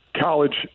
college